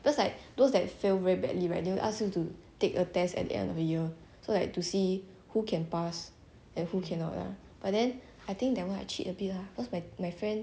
because like those that failed very badly right then they will ask you to take a test at the end of the year so like to see who can pass and who cannot lah but then I think that one I cheat a bit lah cause my my friend